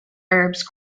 herbs